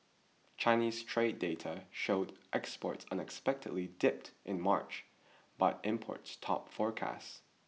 Chinese trade data showed exports unexpectedly dipped in March but imports topped forecasts